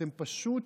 אתם פשוט